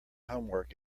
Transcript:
homework